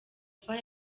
fire